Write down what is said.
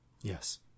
Yes